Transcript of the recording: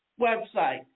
website